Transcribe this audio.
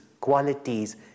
qualities